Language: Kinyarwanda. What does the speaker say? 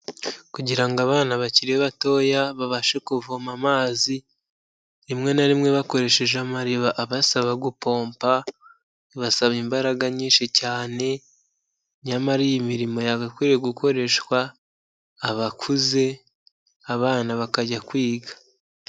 Kugira ngo abana bakiri batoya babashe kuvoma amazi rimwe na rimwe bakoresheje amariba abasaba gupompa bibasaba imbaraga nyinshi cyane nyamara iyi mirimo yagakwiriye gukoreshwa abakuze abana bakajya kwiga.